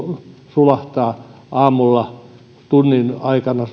sulahtaa aamulla suunnilleen tunnin aikana